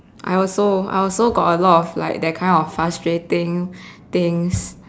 I also I also got a lot of like that kind of frustrating things